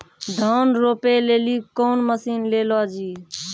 धान रोपे लिली कौन मसीन ले लो जी?